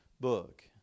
book